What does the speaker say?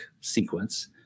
sequence